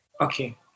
Okay